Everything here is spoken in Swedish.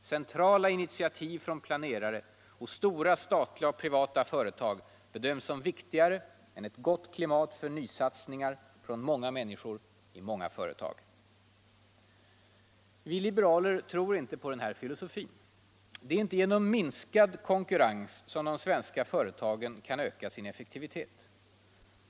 Centrala initiativ från planerare och stora statliga och privata företag bedöms viktigare än ett gott klimat för nysatsningar från många människor i många företag. Vi liberaler tror inte på den här filosofin. Det är inte genom minskad konkurrens som de svenska företagen kan öka sin effektivitet.